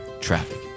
Traffic